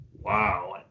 Wow